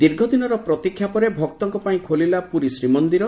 ଦୀର୍ଘଦିନର ପ୍ରତୀକ୍ଷା ପରେ ଭକ୍ତଙ୍କ ପାଇଁ ଖୋଲିଲା ପୁରୀ ଶ୍ରୀମନ୍ଦିର